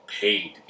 paid